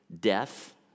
death